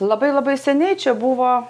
labai labai seniai čia buvo